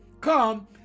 come